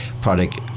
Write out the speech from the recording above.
product